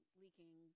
leaking